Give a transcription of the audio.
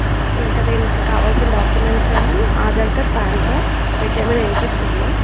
ఇంకా దీనికి కావాల్సిన డాక్యుమెంట్స్ ఏమో ఆధార్ కార్డ్ పాన్ కార్డ్ మీకేమైనా ఇంట్రెస్ట్ ఉందా